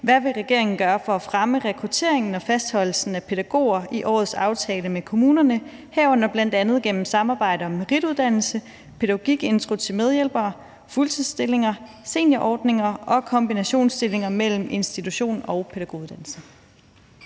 Hvad vil regeringen gøre for at fremme rekrutteringen og fastholdelsen af pædagoger i årets aftale med kommunerne, herunder bl.a. gennem samarbejde om merituddannelse, pædagogikintro til medhjælpere, fuldtidsstillinger, seniorordninger og kombinationsstillinger mellem institution og pædagoguddannelse?